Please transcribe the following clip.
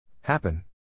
Happen